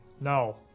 No